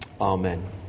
Amen